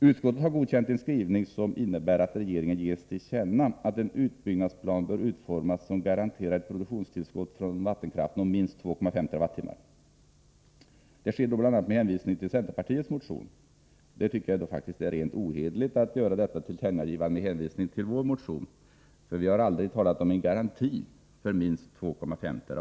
Utskottet har godkänt en skrivning som innebär att regeringen ges till känna att en utbyggnadsplan bör utformas så att den garanterar ett produktionstillskott från vattenkraften om minst 2,5 TWh. Det sker bl.a. med hänvisning till centerpartiets motion. Jag tycker faktiskt att det är rent ohederligt att göra detta tillkännagivande med hänvisning till vår motion. Vi har aldrig talat om en garanti för minst 2,5 TWh.